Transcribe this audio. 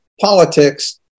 politics